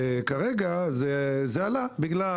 וכרגע זה עלה בגלל,